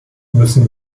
müssen